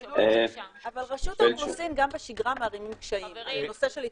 אבל רשות האוכלוסין גם בשגרה מערימים קשיים בנושא של התאזרחות.